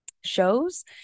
shows